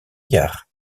jaar